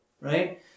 right